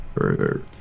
further